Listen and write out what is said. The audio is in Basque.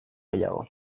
gehiago